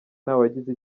ntawagize